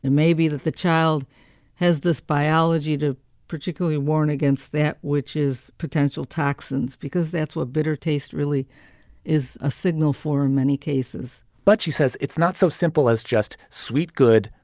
it may be that the child has this biology to particularly warn against that which is potential toxins, because that's what bitter taste really is, a signal for many cases but she says it's not so simple as just sweet, good,